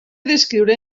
descriure